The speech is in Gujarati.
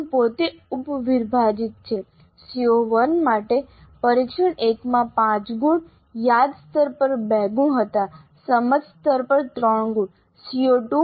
ગુણ પોતે ઉપવિભાજિત છે CO1 માટે પરીક્ષણ 1 માં 5 ગુણ યાદ સ્તર પર 2 ગુણ હતા સમજ સ્તર પર 3 ગુણ